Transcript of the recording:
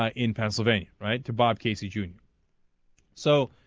um in passivity right to baaki sees you so